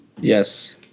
Yes